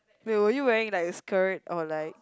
will would you wear it like a skirt or like